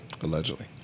allegedly